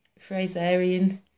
Fraserian